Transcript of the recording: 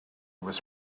was